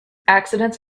accidents